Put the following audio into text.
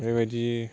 बेबायदि